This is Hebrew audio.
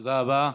תודה רבה.